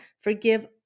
forgive